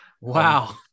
Wow